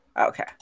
okay